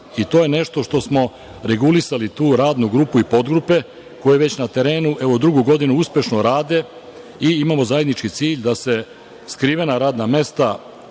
i to je nešto što smo regulisali u toj radnoj grupi i podgrupi koja je već na terenu i evo drugu godinu uspešno radi. Imamo zajednički cilj da se skrivena radna mesta,